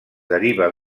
deriva